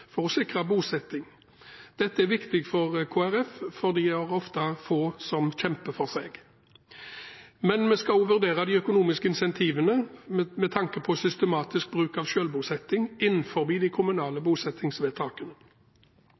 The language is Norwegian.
for å sikre bosetting.» Dette er viktig for Kristelig Folkeparti, fordi disse ofte har få som kjemper for seg. Man ber også regjeringen om å «2. Vurdere de økonomiske incentivene for kommunene med sikte på mer systematisk bruk av selvbosetting innenfor de kommunale bosettingsvedtakene.»